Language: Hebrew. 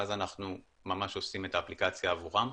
ואז אנחנו ממש עושים את האפליקציה עבורם.